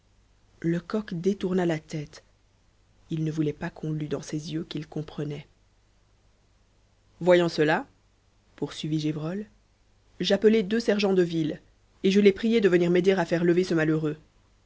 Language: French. lecoq détourna la tête il ne voulait pas qu'on lût dans ses yeux qu'il comprenait voyant cela poursuivit gévrol j'appelai deux sergents de ville et je les priai de venir m'aider à faire lever ce malheureux